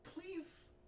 Please